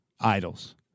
idols